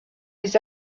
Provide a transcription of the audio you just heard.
les